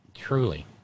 Truly